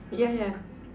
yeah yeah